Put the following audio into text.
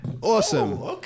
Awesome